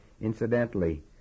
Incidentally